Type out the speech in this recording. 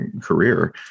career